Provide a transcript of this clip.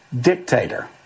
Dictator